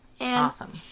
Awesome